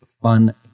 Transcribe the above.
fun